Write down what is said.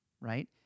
Right